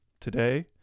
Today